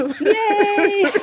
Yay